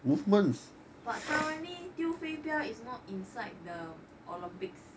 but currently 丢飞镖 is not inside the olympics